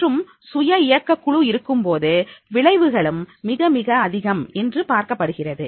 மற்றும் சுய இயக்க குழு இருக்கும்போது விளைவுகளும் மிக மிக அதிகம் என்று பார்க்கப்படுகிறது